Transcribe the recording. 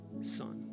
son